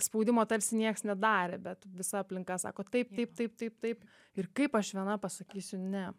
spaudimo tarsi nieks nedarė bet visa aplinka sako taip taip taip taip taip ir kaip aš viena pasakysiu ne